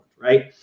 right